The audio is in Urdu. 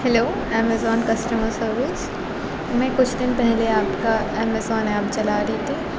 ہلو ایمیزون کسٹمر سروس میں کچھ دن پہلے آپ کا ایمیزون ایپ چلا رہی تھی